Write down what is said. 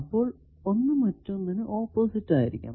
അപ്പോൾ ഒന്ന് മറ്റൊന്നിനു ഓപ്പോസിറ്റ് ആയിരിക്കണം